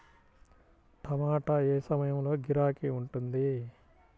టమాటా ఏ ఏ సమయంలో గిరాకీ ఉంటుంది?